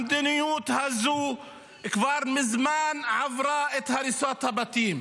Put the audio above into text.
המדיניות הזאת כבר מזמן עברה את הריסת הבתים.